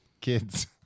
kids